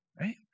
Right